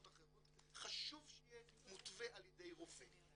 האחרות חשוב שיהיה מותווה על ידי רופא.